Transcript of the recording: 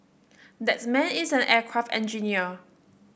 that man is an aircraft engineer